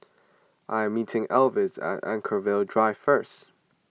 I am meeting Alvis at Anchorvale Drive first